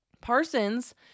Parsons